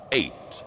eight